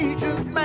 Agent